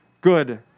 good